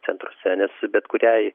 centruose nes bet kuriai